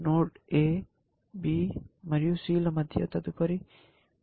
node A B మరియు C ల మధ్య తదుపరిది ఏది విస్తరించాలి